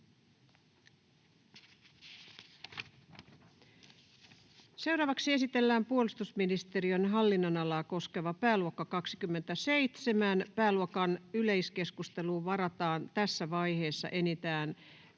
Seuraavaksi esitellään puolustusministeriön hallinnonalaa koskeva pääluokka 27. Pääluokan yleiskeskusteluun varataan tässä vaiheessa enintään